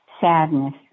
Sadness